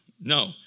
No